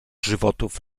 żywotów